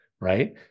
right